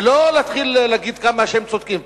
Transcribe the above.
ולא להתחיל להגיד כמה הם צודקים.